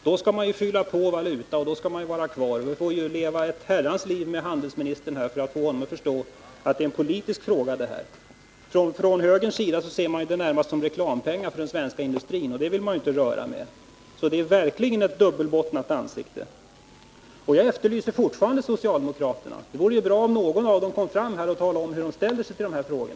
Då skall man fylla på valuta och då skall man vara kvar i IDB. Vi får ju leva ett Herrans liv med handelsministern för att få honom att förstå att detta är en politisk fråga. Från högerns sida ser man det närmast som reklampengar för den svenska industrin, och det vill man inte röra. Det är verkligen fråga om en dubbelbottnad inställning. Jag efterlyser fortfarande ett uttalande från socialdemokraterna. Det vore bra om någon av dem kom fram här och talade om hur de ställer sig till dessa frågor.